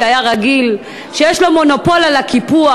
שהיה רגיל שיש לו מונופול על הקיפוח: